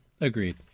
Agreed